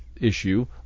issue